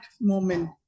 moment